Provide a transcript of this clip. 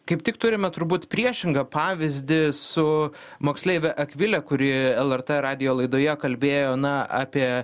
kaip tik turime turbūt priešingą pavyzdį su moksleive akvile kuri lrt radijo laidoje kalbėjo na apie